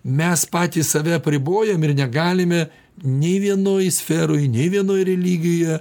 mes patys save apribojam ir negalime nei vienoj sferoj nei vienoj religijoje